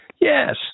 Yes